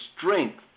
strength